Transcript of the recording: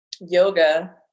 yoga